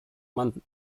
man